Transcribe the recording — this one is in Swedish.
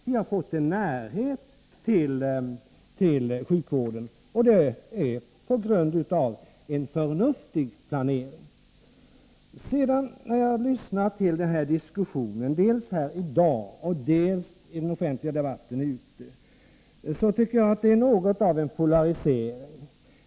Vi har fått en närhet till sjukvården, och detta på grund av en förnuftig planering. När jag lyssnar till diskussionen dels här i dag och dels i den offentliga debatten finner jag något av en polarisering.